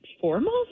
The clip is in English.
formal